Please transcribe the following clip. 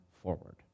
forward